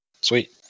sweet